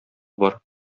бар